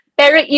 pero